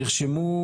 נרשמו,